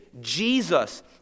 Jesus